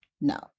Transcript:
No